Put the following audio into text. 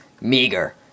meager